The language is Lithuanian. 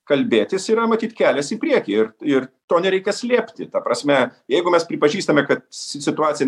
kalbėtis yra matyt kelias į priekį ir ir to nereikia slėpti ta prasme jeigu mes pripažįstame kad situacija